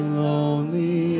lonely